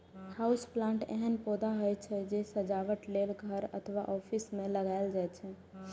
house plant एहन पौधा होइ छै, जे सजावट लेल घर अथवा ऑफिस मे लगाएल जाइ छै